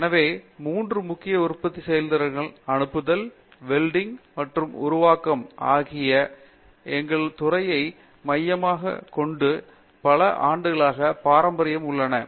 எனவே மூன்று முக்கிய உற்பத்தி செயல்முறைகளை அனுப்புதல் வெல்டிங் மற்றும் உருவாக்கம் ஆகியவை எங்கள் துறையை மையமாகக் கொண்டு பல ஆண்டுகள் பாரம்பரியமாக உள்ளன